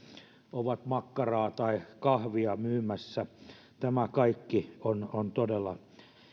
ovat makkaraa tai kahvia myymässä tämä kaikki on on todella